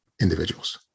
individuals